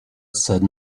said